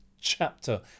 chapter